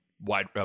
wide